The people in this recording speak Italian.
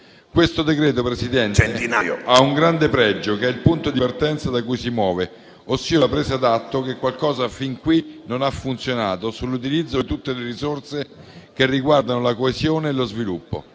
Presidente, ha un grande pregio, che è il punto di partenza da cui si muove, ossia la presa d'atto che qualcosa fin qui non ha funzionato sull'utilizzo di tutte le risorse che riguardano la coesione e lo sviluppo.